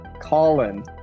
Colin